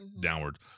downward